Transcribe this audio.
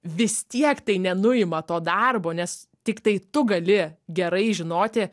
vis tiek tai nenuima to darbo nes tiktai tu gali gerai žinoti